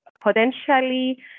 potentially